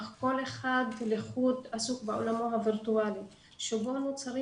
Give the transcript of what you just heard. אבל כל אחד לחוד עסוק בעולמו הווירטואלי שבו נוצרים